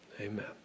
Amen